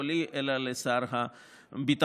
לא לי אלא לשר הביטחון.